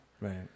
Right